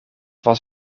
was